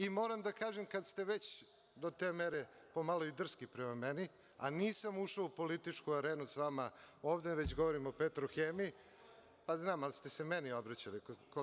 I moram da kažem kada ste već do te mere po malo i drski prema meni, a nisam ušao u političku arenu s vama ovde, već govorim o „Petrohemiji“… (Radoslav Milojičić, s mesta: Niste vi, nego vaše kolege.) Znam, ali ste se meni obraćali.